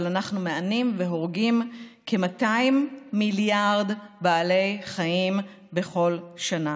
אבל אנחנו מענים והורגים כ-200 מיליארד בעלי חיים בכל שנה,